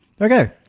Okay